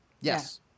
Yes